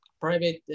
private